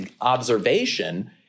observation